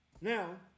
Now